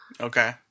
Okay